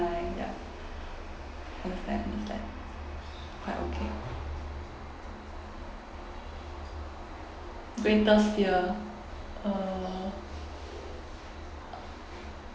ya quite okay greatest fear uh